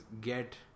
get